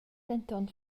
denton